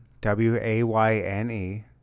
W-A-Y-N-E